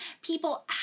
people